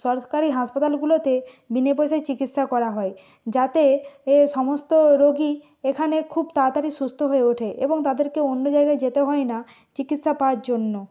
সরকারি হাসপাতালগুলোতে বিনে পয়সায় চিকিৎসা করা হয় যাতে এ সমস্ত রোগী এখানে খুব তাড়াতাড়ি সুস্থ হয়ে ওঠে এবং তাদেরকে অন্য জায়গায় যেতে হয় না চিকিৎসা পাওয়ার জন্য